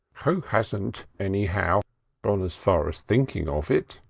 who hasn't anyhow gone as far as thinking of it?